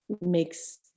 makes